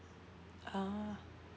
uh